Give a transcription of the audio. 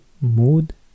Mood